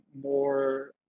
more